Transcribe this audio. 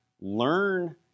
learn